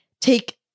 take